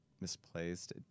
misplaced